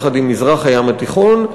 יחד עם מזרח הים התיכון,